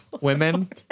women